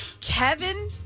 Kevin